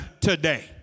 today